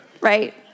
right